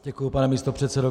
Děkuji, pane místopředsedo.